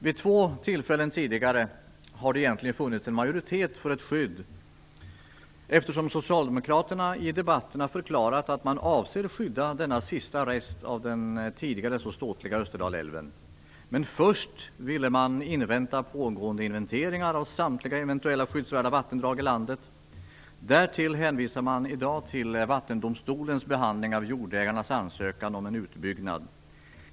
Vid två tillfällen tidigare har det egentligen funnits en majoritet för ett skydd, eftersom Socialdemokraterna i debatterna förklarat att man avser skydda denna sista rest av den tidigare så ståtliga Österdalälven. Men först ville man invänta pågående inventeringar av samtliga eventuellt skyddsvärda vattendrag i landet. Därtill hänvisar man i dag till Vattendomstolens behandling av jordägarnas ansökan om en utbyggnad.